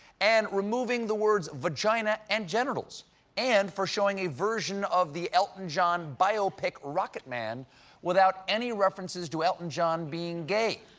and removing the words vagina and genitals and for showing a version of the elton john biopic rocketman without any references to elton john being gay.